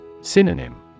Synonym